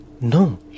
No